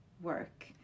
work